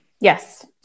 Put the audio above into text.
Yes